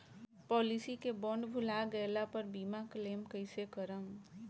Policy के bond भुला गैला पर बीमा क्लेम कईसे करम?